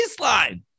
baseline